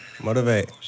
motivate